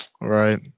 Right